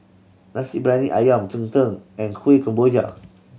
Nasi Briyani Ayam cheng tng and Kuih Kemboja